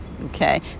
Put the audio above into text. Okay